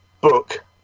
book